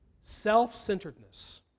Self-centeredness